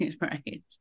right